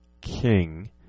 King